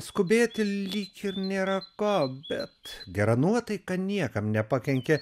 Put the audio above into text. skubėti lyg ir nėra ką bet gera nuotaika niekam nepakenkė